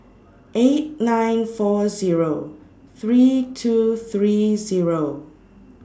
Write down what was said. eight nine four Zero three two three Zero